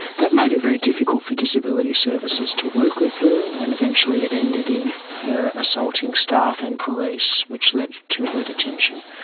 that made it very difficult for disability services to work with her, and eventually it ended in her assaulting staff and police, which led to her detention.